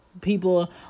people